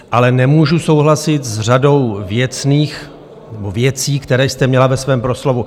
Ale nemůžu souhlasit s řadou věcí, které jste měla ve svém proslovu.